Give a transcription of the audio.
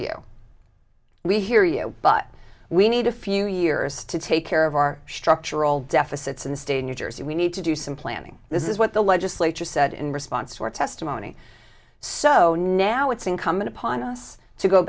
you we hear you but we need a few years to take care of our structural deficits and state new jersey we need to do some planning this is what the legislature said in response to your testimony so now it's incumbent upon us to go